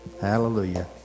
Hallelujah